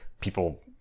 people